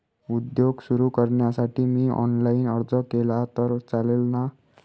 उद्योग सुरु करण्यासाठी मी ऑनलाईन अर्ज केला तर चालेल ना?